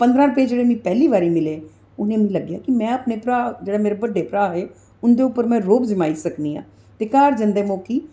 पंद्राह् रपेऽ जेह्ड़े मिगी पैह्ली बारी मिले मिगी इ'यां लग्गेआ कि में अपने भ्राऽ जेह्ड़े मेरे बड़े भ्राऽ हे हुंदे उप्पर में रोह्ब जमाई सकनी आं ते घर जंदे मौकी